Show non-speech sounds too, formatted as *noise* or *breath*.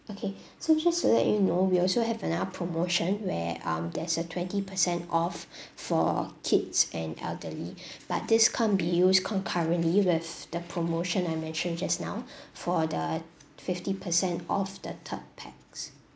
okay so just to let you know we also have another promotion where um there's a twenty percent off for kids and elderly *breath* but this can't be used concurrently with the promotion I mentioned just now for the fifty percent off the third pax